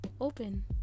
open